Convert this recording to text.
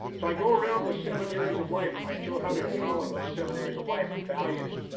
so i go around the seven years of life and i show how to empower those seven areas of life with values.